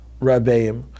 rabbeim